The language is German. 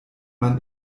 man